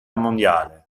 mondiale